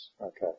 Okay